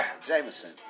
Jameson